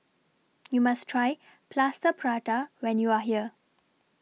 YOU must Try Plaster Prata when YOU Are here